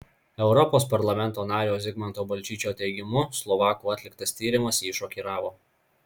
europos parlamento nario zigmanto balčyčio teigimu slovakų atliktas tyrimas jį šokiravo